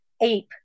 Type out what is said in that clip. ape